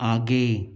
आगे